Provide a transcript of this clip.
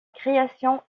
création